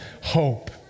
hope